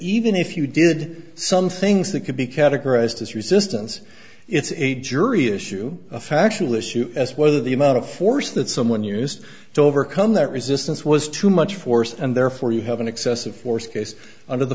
even if you did some things that could be categorized as resistance it's a jury issue a factual issue as whether the amount of force that someone used to overcome that resistance was too much force and therefore you have an excessive force case under the